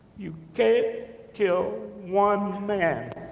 you can't kill one man,